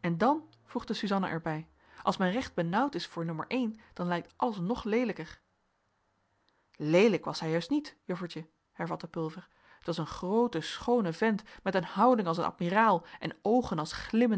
en dan voegde suzanna er bij als men recht benauwd is voor nommer één dan lijkt alles nog leelijker leelijk was hij juist niet juffertje hervatte pulver t was een groote schoone vent met een houding als een admiraal en oogen als glimmende